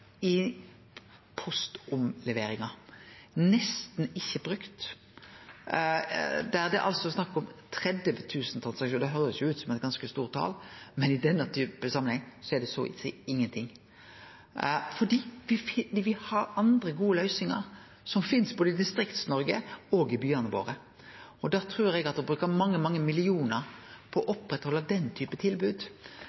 i postomberinga, som nesten ikkje er brukt, der det er snakk om 30 000 transaksjonar. Det høyrest ut som eit ganske stort tal, men i denne samanhengen er det så å seie ingenting – fordi me har andre gode løysingar som finst både i Distrikts-Noreg og i byane våre. Da trur eg at å bruke mange, mange millionar på å